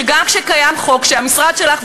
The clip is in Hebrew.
שגם כשקיים חוק שהמשרד שלך,